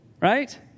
right